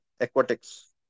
aquatics